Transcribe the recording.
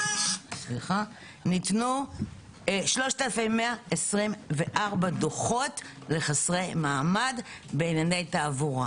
ניתנו 3,124 דוחות לחסרי מעמד בענייני תעבורה.